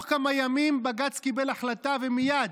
ובתוך כמה ימים בג"ץ קיבל החלטה, ומייד: